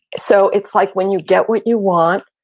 so it's like when you get what you want,